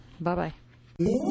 Bye-bye